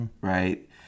right